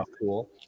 cool